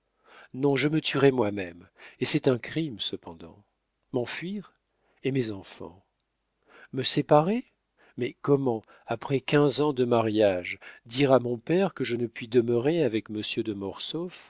non je me tuerai moi-même et c'est un crime cependant m'enfuir et mes enfants me séparer mais comment après quinze ans de mariage dire à mon père que je ne puis demeurer avec monsieur de